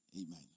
Amen